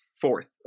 fourth